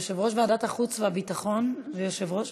יושב-ראש ועדת החוץ והביטחון ויושב-ראש